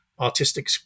artistic